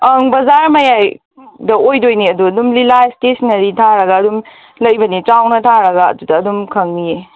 ꯑꯪ ꯕꯖꯥꯔ ꯃꯌꯥꯏꯗ ꯑꯣꯏꯗꯣꯏꯅꯦ ꯑꯗꯨ ꯑꯗꯨꯝ ꯅꯤꯌꯨ ꯂꯥꯏꯠ ꯁꯇꯦꯁꯟꯅꯔꯤ ꯊꯥꯔꯒ ꯑꯗꯨꯝ ꯂꯩꯕꯅꯦ ꯆꯥꯎꯅ ꯊꯥꯔꯒ ꯑꯗꯨꯗ ꯑꯗꯨꯝ ꯈꯪꯅꯤꯌꯦ